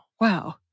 Wow